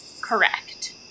Correct